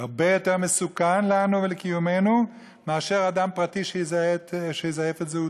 זה הרבה יותר מסוכן לנו ולקיומנו מאשר אדם פרטי שיזייף את זהותו.